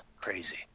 Crazy